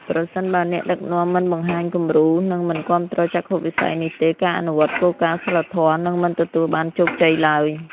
ប្រសិនបើអ្នកដឹកនាំមិនបង្ហាញគំរូ និងមិនគាំទ្រចក្ខុវិស័យនេះទេ ការអនុវត្តគោលការណ៍សីលធម៌នឹងមិនទទួលបានជោគជ័យឡើយ។